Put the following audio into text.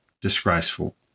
disgraceful